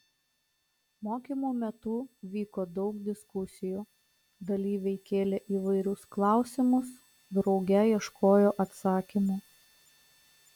mokymų metu vyko daug diskusijų dalyviai kėlė įvairius klausimus drauge ieškojo atsakymų